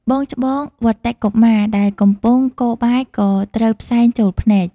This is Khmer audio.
បងច្បង វត្តិ កុមារ ដែលកំពុងកូរបាយក៏ត្រូវផ្សែងចូលភ្នែក។